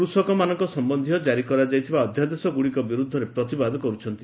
କୂଷକମାନଙ୍କ ସମ୍ୟନ୍ଧୀୟ ଜାରି କରାଯାଇଥିବା ଅଧ୍ୟାଦେଶଗୁଡ଼ିକ ବିରୁଦ୍ଧରେ ପ୍ରତିବାଦ କରୁଛନ୍ତି